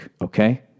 Okay